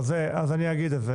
אז אני אגיד את זה.